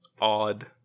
odd